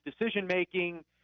decision-making